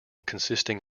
consisting